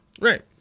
right